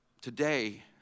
today